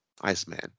Iceman